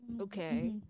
okay